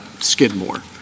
Skidmore